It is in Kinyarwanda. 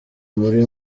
muri